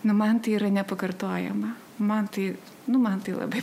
nu man tai yra nepakartojama man tai nu man tai labai